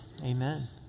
Amen